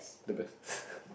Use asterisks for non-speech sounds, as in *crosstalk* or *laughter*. the best *breath*